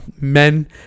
men